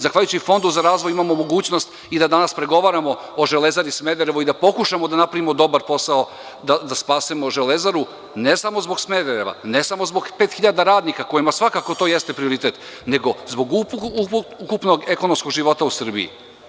Zahvaljujući Fondu za razvoj, imamo mogućnost i da danas pregovaramo o „Železari Smederevo“ i da pokušamo da napravimo dobar posao, da spasimo „Železaru“, ne samo zbog Smedereva, ne samo zbog 5.000 radnika kojima svakako to jeste prioritet, nego zbog ukupnog ekonomskog života u Srbiji.